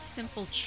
simple